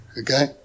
Okay